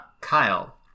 Kyle